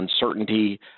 uncertainty